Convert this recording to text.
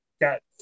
got